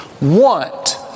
Want